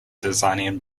designing